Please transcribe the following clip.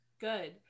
Good